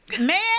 man